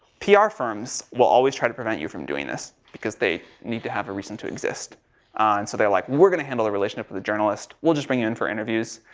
pr firms will always try to prevent you from doing this, because they need to have a reason to exist. and so they're like, well, we're going to handle the relationship with the journalist. we'll just bring you in for interviews.